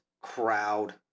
crowd